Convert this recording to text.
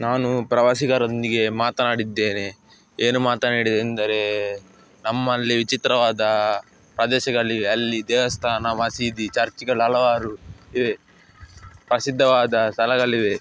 ನಾನು ಪ್ರವಾಸಿಗರೊಂದಿಗೆ ಮಾತನಾಡಿದ್ದೇನೆ ಏನು ಮಾತನಾಡಿದೆ ಎಂದರೆ ನಮ್ಮಲ್ಲಿ ವಿಚಿತ್ರವಾದ ಪದೇಶಗಲಿವೆ ಅಲ್ಲಿ ದೇವಸ್ಥಾನ ಮಸೀದಿ ಚರ್ಚ್ಗಳು ಹಲವಾರು ಇವೆ ಪ್ರಸಿದ್ಧವಾದ ಸ್ಥಳಗಳಿವೆ